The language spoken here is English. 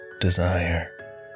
desire